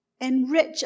enrich